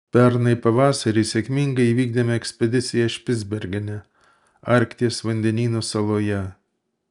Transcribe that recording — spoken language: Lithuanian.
pernai pavasarį sėkmingai įvykdėme ekspediciją špicbergene arkties vandenyno saloje